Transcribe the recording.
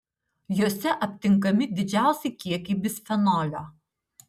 jose aptinkami didžiausi kiekiai bisfenolio